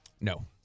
No